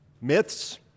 myths